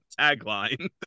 tagline